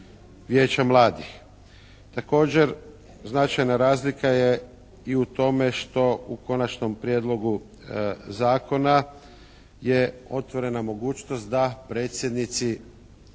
Također značajna razlika je i u tome što u Konačnom prijedlogu zakona je otvorena mogućnost da predsjednici